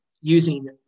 using